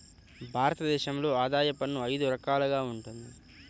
భారత దేశంలో ఆదాయ పన్ను అయిదు రకాలుగా వుంటది